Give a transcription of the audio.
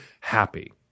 happy